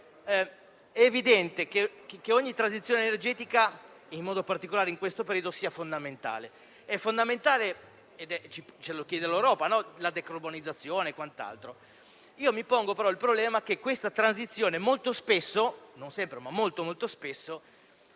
È evidente che ogni transizione energetica, in modo particolare in questo periodo, è fondamentale e ce lo chiede l'Europa, con la decarbonizzazione e quant'altro. Mi pongo però il problema che questa transizione, molto spesso, non viene vista come